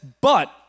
But